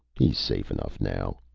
he is safe enough now.